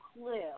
clue